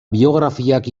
biografiak